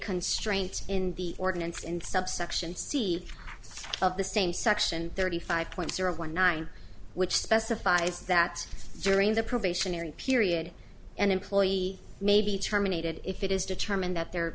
constraint in the ordinance in subsection c of the same section thirty five point zero one nine which specifies that during the probationary period an employee may be terminated if it is determined that their